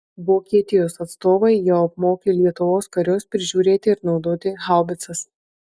vokietijos atstovai jau apmokė lietuvos karius prižiūrėti ir naudoti haubicas